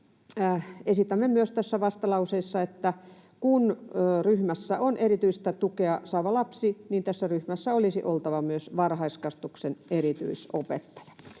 esitämme myös tässä vastalauseessa, että kun ryhmässä on erityistä tukea saava lapsi, niin tässä ryhmässä olisi oltava myös varhaiskasvatuksen erityisopettaja.